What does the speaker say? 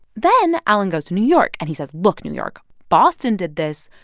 then allen goes to new york, and he says, look, new york boston did this.